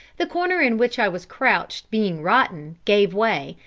the corner in which i was crouched being rotten, gave way,